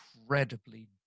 incredibly